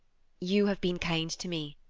you have been kind to me,